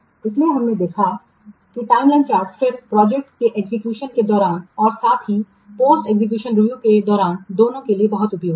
इसलिए हमने देखा है कि टाइमलाइन चार्ट किसी प्रोजेक्ट के एग्जीक्यूशन के दौरान और साथ ही पोस्ट इंप्लीमेंटेशन रिव्यू के दौरान दोनों के लिए बहुत उपयोगी है